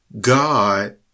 God